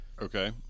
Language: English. Okay